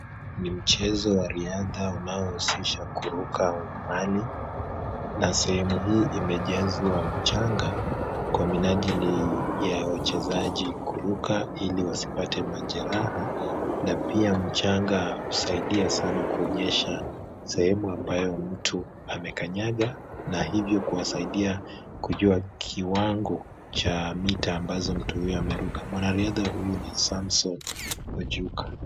Ni mchezo wariadha unaohusisha kuruka umbali, na sehemu hii imejazwa mchanga kwa minajili ya wachezaji kuruka ili wasipate majeraha, na pia mchanga husaidia sana kuonyesha sehemu ambayo mtu amekanyanga, na hivyo kuwasaidia kujua kiwango cha mita ambazo mtu huyo ameruka. Mwanariadha huyu ni Samson Ochuka.